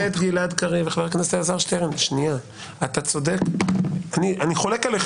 אני חולק עליך